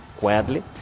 quietly